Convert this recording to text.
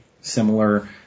similar